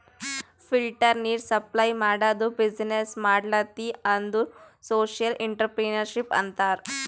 filter ನೀರ್ supply ಮಾಡದು business ಮಾಡ್ಲತಿ ಅಂದುರ್ ಸೋಶಿಯಲ್ ಇಂಟ್ರಪ್ರಿನರ್ಶಿಪ್ ಅಂತಾರ್